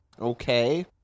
Okay